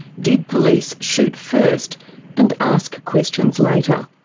did police shoot first and ask questions later?